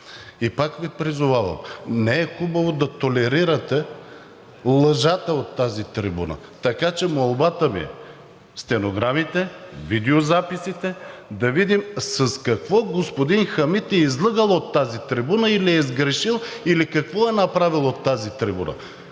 Пак Ви призовавам – не е хубаво да толерирате лъжата от тази трибуна. Така че молбата ми е – стенограмите, видеозаписите, да видим с какво господин Хамид е излъгал от тази трибуна или е сгрешил, или какво е направил от тази трибуна.